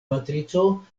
matrico